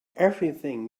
everything